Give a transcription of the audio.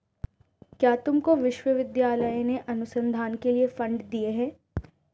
क्या तुमको विश्वविद्यालय ने अनुसंधान के लिए फंड दिए हैं?